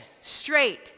straight